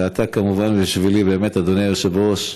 ואתה, כמובן, בשבילי, אדוני היושב-ראש,